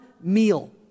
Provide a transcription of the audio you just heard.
meal